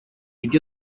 ibyo